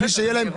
בלי שיהיה להם?